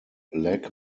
leg